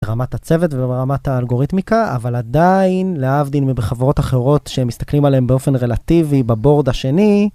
ברמת הצוות וברמת האלגוריתמיקה, אבל עדיין להבדיל מבחברות אחרות שהם מסתכלים עליהם באופן רלטיבי בבורד השני.